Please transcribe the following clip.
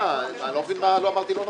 מה, אני לא מבין מה אמרתי לא נכון?